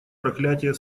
проклятия